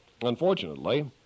Unfortunately